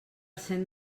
cent